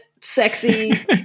sexy